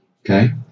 Okay